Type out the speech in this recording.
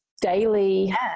daily